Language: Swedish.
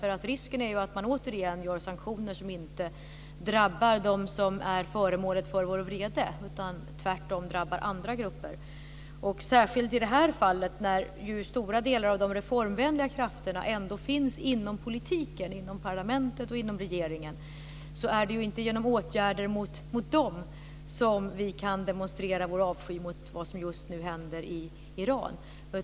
Risken är att man återigen genomför sanktioner som inte drabbar dem som är föremålet för vår vrede utan tvärtom drabbar andra grupper. Särskilt i det här fallet, när stora delar av de reformvänliga krafterna finns inom politiken, inom parlamentet och inom regeringen, är det inte genom åtgärder mot dem som vi kan demonstrera vår avsky mot vad som just nu händer i Iran.